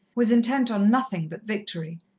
was intent on nothing but victory,